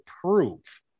prove